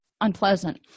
unpleasant